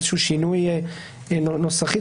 שינוי נוסחי,